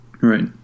Right